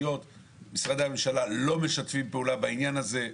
משרדי הממשלה לא משתפים פעולה בעניין הזה,